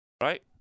Right